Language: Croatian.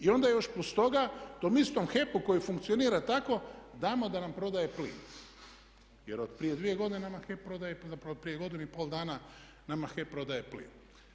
I onda još plus toga tom istom HEP-u koji funkcionira tako damo da nam prodaje plin, jer od prije dvije godine nama HEP prodaje, zapravo prije godinu i pol dana nama HEP prodaje plin.